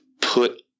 put